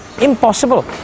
Impossible